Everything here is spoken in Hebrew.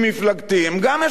הם, גם יש להם זכויות.